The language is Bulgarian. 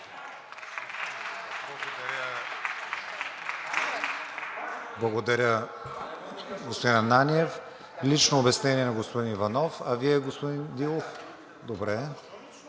Благодаря, господин Ананиев. Лично обяснение на господин Иванов. А Вие, господин Дилов?